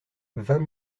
vingt